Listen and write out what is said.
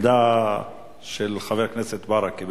עמדה של חבר הכנסת ברכה.